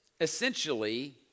Essentially